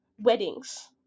weddings